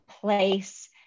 place